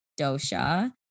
dosha